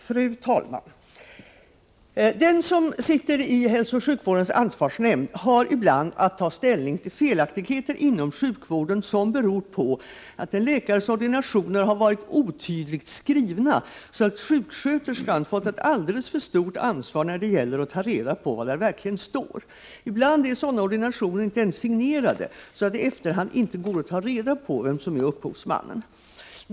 Fru talman! Den som sitter i hälsooch sjukvårdens ansvarsnämnd har ibland att ta ställning till felaktigheter inom sjukvården, som beror på att en läkares ordinationer har varit otydligt skrivna, så att sjuksköterskan fått ett alldeles för stort ansvar när det gäller att ta reda på vad där verkligen står. Ibland är sådana ordinationer inte ens signerade, så att det i efterhand inte går att ta reda på vem som är upphovsmannen.